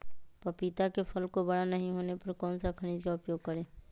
पपीता के फल को बड़ा नहीं होने पर कौन सा खनिज का उपयोग करें?